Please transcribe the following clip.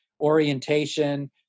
orientation